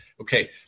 Okay